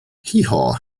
heehaw